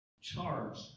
charge